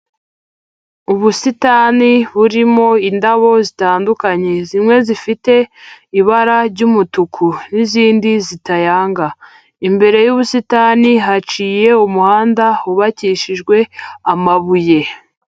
Ubusitani burimo indabo zitandukanye: zimwe zifite ibara ry'umutuku n'izindi zitayanga, imbere y'ubusitani haciye umuhanda wubakishijwe amabuye.